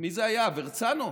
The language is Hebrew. מי זה היה, הרצנו,